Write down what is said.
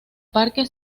parque